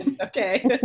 Okay